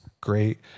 great